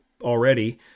already